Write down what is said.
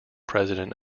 president